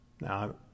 Now